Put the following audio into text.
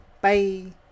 Bye